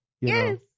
Yes